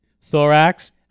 Thorax